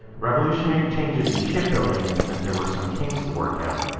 revolutionary changes in shipbuilding meant there were some kinks to work out.